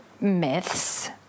myths